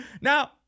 Now